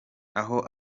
aho